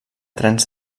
trens